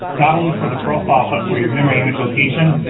not only for the profile but for your memory image location,